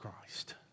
Christ